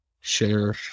share